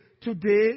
today